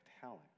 talent